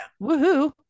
woohoo